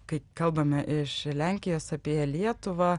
kai kalbame iš lenkijos apie lietuvą